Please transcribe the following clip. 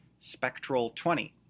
SPECTRAL20